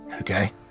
Okay